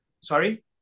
sorry